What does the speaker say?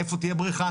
איפה תהיה בריכה?